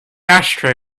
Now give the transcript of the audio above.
ashtray